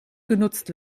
genutzt